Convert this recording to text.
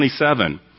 27